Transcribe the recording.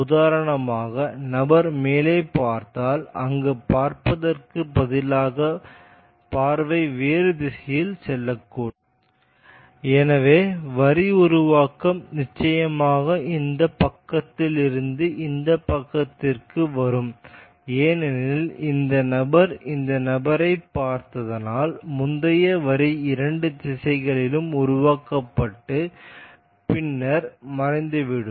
உதாரணமாக நபர் மேலே பார்த்தால் அங்கு பார்ப்பதற்கு பதிலாகபார்வை வேறு திசையில் செல்லும் எனவே வரி உருவாக்கம் நிச்சயமாக இந்த பக்கத்திலிருந்து இந்த பக்கத்திற்கு வரும் ஏனெனில் இந்த நபர் இந்த நபரைப் பார்ப்பதனால் முந்தைய வரி இரண்டு திசைகளிலும் உருவாக்கப்பட்டு பின்னர் மறைந்துவிடும்